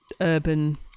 urban